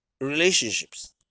relationships